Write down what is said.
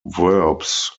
verbs